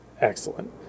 excellent